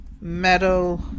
Metal